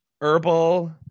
herbal